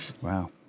wow